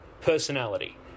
personality